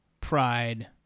Pride